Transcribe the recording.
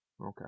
Okay